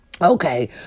okay